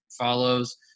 follows